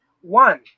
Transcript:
One